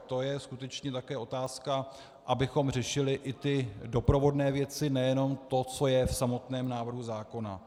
To je skutečně také otázka, abychom řešili i ty doprovodné věci, nejenom to, co je v samotném návrhu zákona.